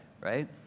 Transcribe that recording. right